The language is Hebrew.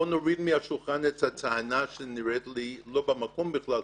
בוא נוריד מהשולחן את הטענה שנראית לי לא במקום בכלל,